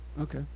okay